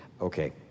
okay